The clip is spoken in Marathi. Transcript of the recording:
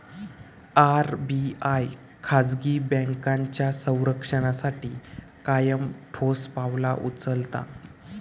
आर.बी.आय खाजगी बँकांच्या संरक्षणासाठी कायम ठोस पावला उचलता